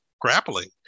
Grappling